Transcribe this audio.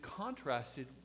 contrasted